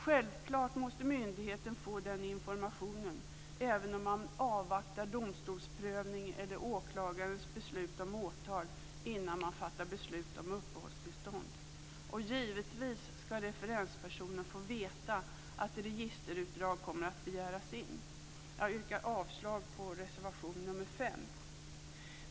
Självklart måste myndigheten få den informationen, även om man ska avvakta domstolsprövning eller åklagarens beslut om åtal innan man fattar beslut om uppehållstillstånd. Givetvis ska referenspersonen få veta att registerutdrag kommer att begäras in. Jag yrkar avslag på reservation nr 5.